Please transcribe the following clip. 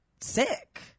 sick